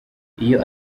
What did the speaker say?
iyo